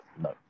no